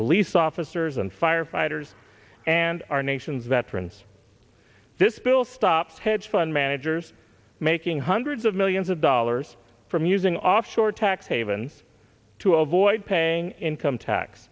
police officers and firefighters and our nation's veterans this bill stop hedge fund managers making hundreds of millions of dollars from using offshore tax havens to avoid paying income tax